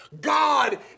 God